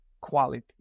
quality